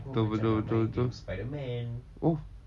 betul betul betul betul oh